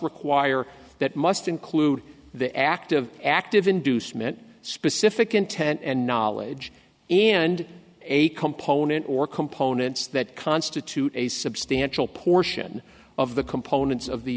require that must include the act of active inducement specific intent and knowledge and a component or components that constitute a substantial portion of the components of the